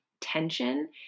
tension